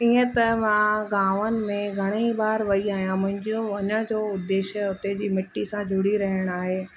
ईअं त मां गांवनि में घणेई बार वई आहियां मुंहिंजो वञण जो उद्देश्य उते जी मिट्टी सां जुड़ी रहण आहे